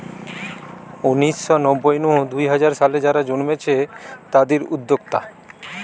উনিশ শ নব্বই নু দুই হাজার সালে যারা জন্মেছে তাদির উদ্যোক্তা